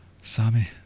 Sammy